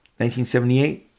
1978